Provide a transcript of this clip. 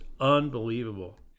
unbelievable